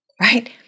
right